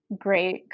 great